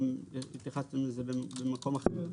התייחסנו לזה גם במקום אחר.